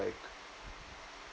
like